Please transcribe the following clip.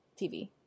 TV